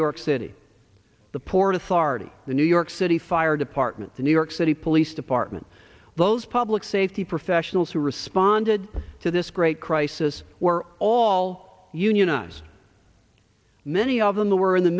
york city the port authority the new york city fire department the new york city police department those public safety professionals who responded to this great crisis were all unionized many of them the were in the